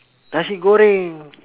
nasi-goreng